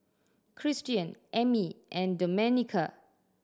Christian Ammie and Domenica